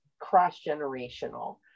cross-generational